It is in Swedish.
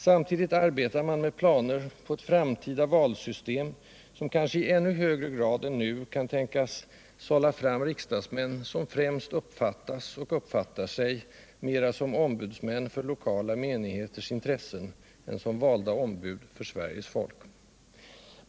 Samtidigt arbetar man med planer på ett framtida valsystem som kanske i ännu högre grad än nu kan tänkas sålla fram riksdagsmän, som uppfattas och uppfattar sig mera som ombudsmän för lokala menigheters intressen än som Riksdagens lokalfrågor på längre Sikt frågor på längre Sikt valda ombud för Sveriges folk.